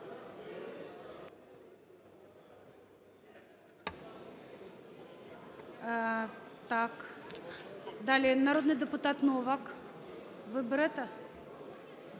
далі народний депутат Новак. Ви берете?